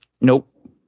Nope